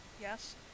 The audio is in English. Yes